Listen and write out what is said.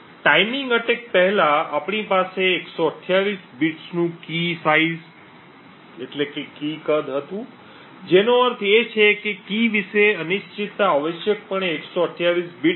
timing attack પહેલાં આપણી પાસે 128 બિટ્સનું કી કદ હતું જેનો અર્થ એ છે કે કી વિશે અનિશ્ચિતતા આવશ્યકપણે 128 બિટ્સ છે